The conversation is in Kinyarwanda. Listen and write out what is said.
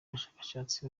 bashakashatsi